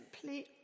simply